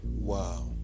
Wow